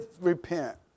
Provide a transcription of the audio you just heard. repent